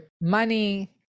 money